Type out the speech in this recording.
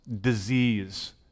disease